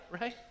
Right